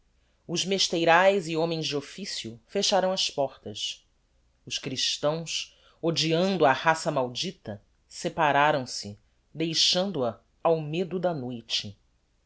os mesteiraes e homens de officio fecharam as portas os christãos odiando a raça maldita separaram-se deixando-a ao medo da noite